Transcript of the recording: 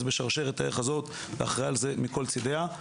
בשרשרת הערך הזאת ואחראי על זה מכל צדדיה.